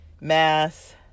math